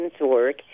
work